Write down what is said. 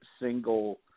single